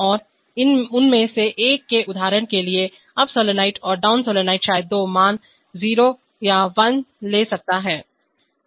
और उनमें से हर एक उदाहरण के लिए अप सोलेनोइड और डाउन सोलेनोइड शायद दो मान 0 या 1 ले सकता है